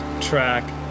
track